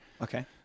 Okay